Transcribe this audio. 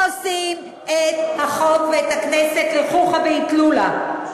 עושים את החוק ואת הכנסת לחוכא ואטלולא.